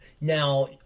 Now